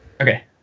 Okay